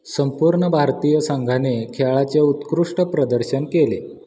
संपूर्ण भारतीय संघाने खेळाचे उत्कृष्ट प्रदर्शन केले